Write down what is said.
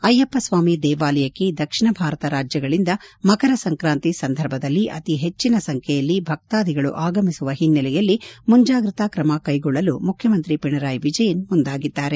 ಅಯ್ಟಪ್ಪ ಸ್ವಾಮಿ ದೇವಾಲಯಕ್ಕೆ ದಕ್ಷಿಣ ಭಾರತ ರಾಜ್ಜಗಳಿಂದ ಮಕರ ಸಂಕ್ರಾಂತಿ ಸಂದರ್ಭದಲ್ಲಿ ಅತೀ ಹೆಚ್ಚಿನ ಸಂಖ್ಣೆಯಲ್ಲಿ ಭಕ್ತಾದಿಗಳು ಆಗಮಿಸುತ್ತಿರುವ ಹಿನ್ನೆಲೆಯಲ್ಲಿ ಮುಂಜಾಗ್ರತಾ ಕ್ರಮ ಕ್ಕೆಗೊಳ್ಳಲು ಮುಖ್ಯಮಂತ್ರಿ ಪಿಣರಾಯ್ ವಿಜಯನ್ ಮುಂದಾಗಿದ್ದಾರೆ